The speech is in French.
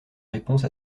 réponse